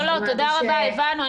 לא, תודה רבה, הבנו.